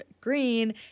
green